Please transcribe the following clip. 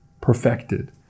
perfected